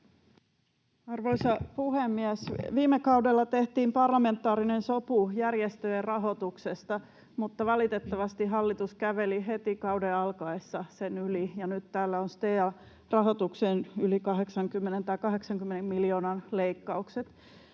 Arvoisa puhemies! Viime kaudella tehtiin parlamentaarinen sopu järjestöjen rahoituksesta, mutta valitettavasti hallitus käveli heti kauden alkaessa sen yli, ja nyt täällä on STEA-rahoitukseen 80 miljoonan leikkaukset.